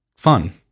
fun